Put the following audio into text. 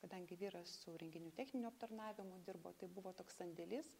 kadangi vyras su renginių techniniu aptarnavimu dirbo tai buvo toks sandėlys